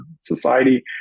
society